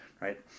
right